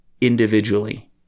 individually